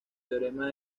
teorema